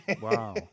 Wow